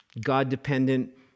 God-dependent